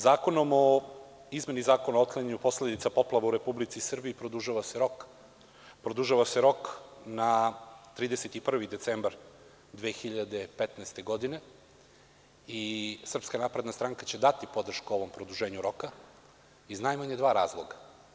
Zakonom o izmeni Zakona o otklanjanju posledica od poplava u Republici Srbiji produžava se rok na 31. decembar 2015. godine i SNS će dati podršku ovom produženju roka iz najmanje dva razloga.